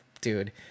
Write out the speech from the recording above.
dude